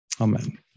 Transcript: Amen